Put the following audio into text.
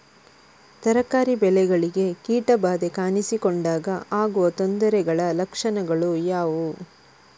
ತರಕಾರಿ ಬೆಳೆಗಳಿಗೆ ಕೀಟ ಬಾಧೆ ಕಾಣಿಸಿಕೊಂಡಾಗ ಆಗುವ ತೊಂದರೆಗಳ ಲಕ್ಷಣಗಳು ಯಾವುವು?